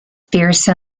fierce